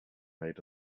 made